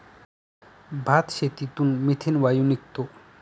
भातशेतीतून मिथेन वायू निघतो